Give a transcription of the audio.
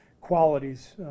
qualities